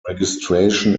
registration